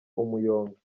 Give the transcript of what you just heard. umuyonga